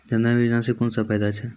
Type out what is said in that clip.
जनधन योजना सॅ कून सब फायदा छै?